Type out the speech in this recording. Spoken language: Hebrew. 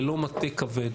ללא מטה כבד,